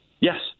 Yes